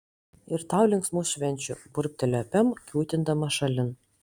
ir tau linksmų švenčių burbtelėjo pem kiūtindama šalin